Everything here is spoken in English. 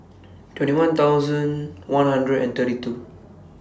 twenty one thousand one hundred and thirty two